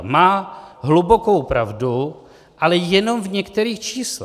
Má hlubokou pravdu, ale jenom v některých číslech.